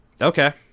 Okay